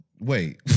Wait